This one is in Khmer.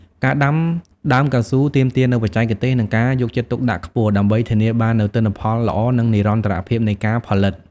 ការដាំដើមកៅស៊ូទាមទារនូវបច្ចេកទេស និងការយកចិត្តទុកដាក់ខ្ពស់ ដើម្បីធានាបាននូវទិន្នផលល្អ និងនិរន្តរភាពនៃការផលិត។